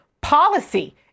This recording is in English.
policy